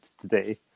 today